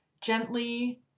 gently